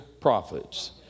prophets